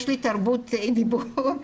יש לי תרבות דיבור,